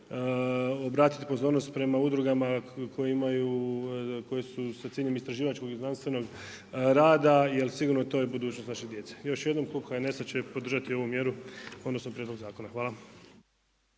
obratite pozornost prema udrugama koje imaju, koje su sa ciljem istraživačkog i znanstvenog rada jer sigurno to je budućnost naše djece. Još jednom, Klub HNS-a će podržati ovu mjeru, odnosno prijedlog zakona.